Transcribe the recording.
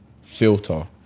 filter